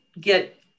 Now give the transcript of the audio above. get